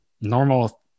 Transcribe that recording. normal